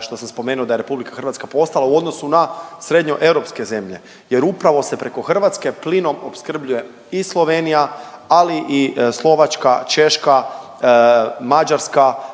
što sam spomenuo da je RH postala u odnosu na srednjoeuropske zemlje. Jer upravo se preko Hrvatske plinom opskrbljuje i Slovenija ali i Slovačka, Češka, Mađarska